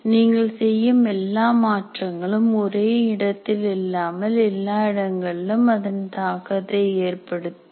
நீங்கள் செய்யும் எல்லா மாற்றங்களும் ஒரே இடத்தில் இல்லாமல் எல்லா இடங்களிலும் அதன் தாக்கத்தை ஏற்படுத்தும்